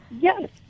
Yes